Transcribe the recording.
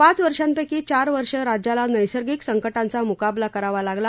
पाच वर्षापैकी चार वर्षे राज्याला नैसर्गिक संकटांचा मुकाबला करावा लागला